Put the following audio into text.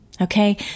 Okay